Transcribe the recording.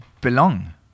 belong